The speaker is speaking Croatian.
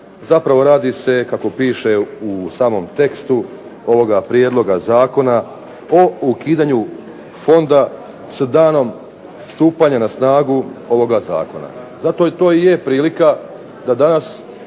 Zapravo radi se kako piše u samom tekstu ovoga prijedloga zakona o ukidanju Fonda s danom stupanja na snagu ovoga zakona. Zato to i je prilika da danas